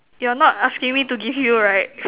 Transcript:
you are not asking me to give you right